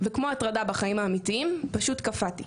וכמו בהטרדה בחיים האמיתיים פשוט קפאתי.